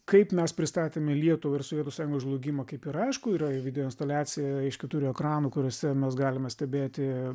kaip mes pristatėme lietuvą ir sovietų sąjungos žlugimą kaip ir aišku yra video instaliacija iš keturių ekranų kuriuose mes galime stebėti